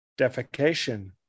defecation